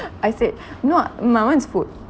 I said no my [one] is food